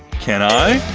can i?